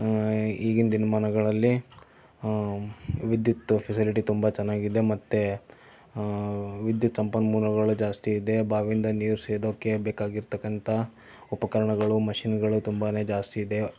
ಈಗಿನ ದಿನಮಾನಗಳಲ್ಲಿ ವಿದ್ಯುತ್ ಫೆಸಿಲಿಟಿ ತುಂಬ ಚೆನ್ನಾಗಿದೆ ಮತ್ತು ವಿದ್ಯುತ್ ಸಂಪನ್ಮೂಲಗಳು ಜಾಸ್ತಿ ಇದೆ ಬಾವಿಂದ ನೀರು ಸೇದೋಕ್ಕೆ ಬೇಕಾಗಿರ್ತ್ತಕ್ಕಂಥ ಉಪಕರಣಗಳು ಮೆಷಿನ್ಗಳು ತುಂಬ ಜಾಸ್ತಿ ಇದೆ